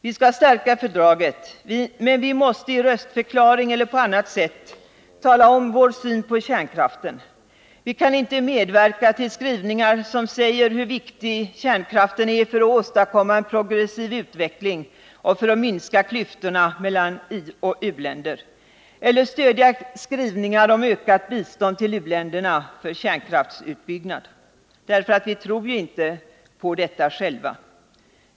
Vi skall stärka fördraget, men vi måste i röstförklaring eller på annat sätt tala om vår syn på kärnkraften. Vi kan inte medverka till skrivningar som framhåller hur viktig kärnkraften är för att åstadkomma en progressiv utveckling och för att minska klyftorna mellan ioch u-länder, eller stödja skrivningar om ökat bistånd till u-länderna för kärnkraftsutbyggnad. Vi tror ju inte på detta själva.